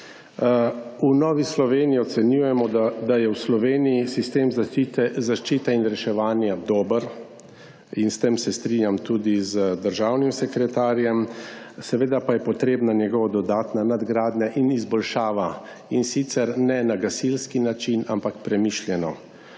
V Novi Sloveniji ocenjujemo, da je v Sloveniji sistem zaščite in reševanja dober in s tem se strinjam tudi z državnim sekretarjem seveda pa je potrebna njegova dodatna nadgradnja in izboljšava in sicer ne na gasilski način, ampak premišljeno.